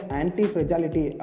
anti-fragility